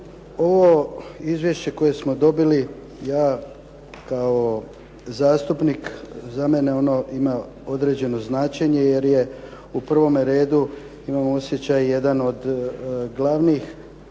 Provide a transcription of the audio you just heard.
Ovo izvješće koje smo dobili ja kao zastupnik, za mene ono ima određeno značenje jer je u prvome redu imam osjećaj jedan od glavnih